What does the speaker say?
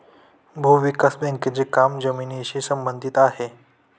भूविकास बँकेचे काम जमिनीशी संबंधित आहे